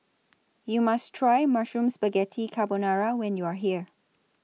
YOU must Try Mushroom Spaghetti Carbonara when YOU Are here